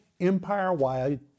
Empire-wide